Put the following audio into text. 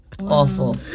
awful